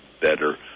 better